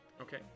okay